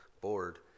board